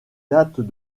dates